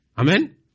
Amen